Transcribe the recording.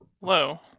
Hello